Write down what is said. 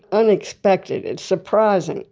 unexpected. it's surprising.